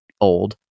old